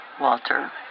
Walter